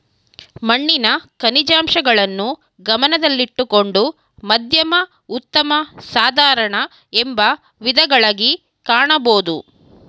ಮಣ್ಣಿನ ಖನಿಜಾಂಶಗಳನ್ನು ಗಮನದಲ್ಲಿಟ್ಟುಕೊಂಡು ಮಧ್ಯಮ ಉತ್ತಮ ಸಾಧಾರಣ ಎಂಬ ವಿಧಗಳಗಿ ಕಾಣಬೋದು